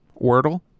wordle